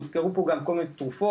הוזכרו פה גם כל מיני תרופות,